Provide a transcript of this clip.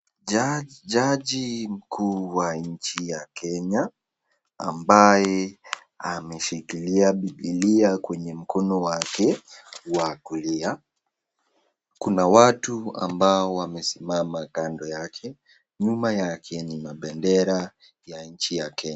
Jaji mkuu wa nchi ya kenya ,ambaye ameshikilia bibilia kwenye mkono wake wa kulia ,kuna watu ambao wamesimama kando yake nyuma yake ni bendera ya inchi ya kenya .